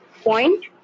point